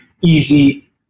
easy